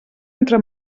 entre